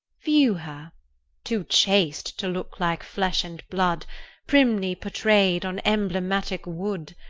view her too chaste to look like flesh and blood primly portray'd on emblematic wood!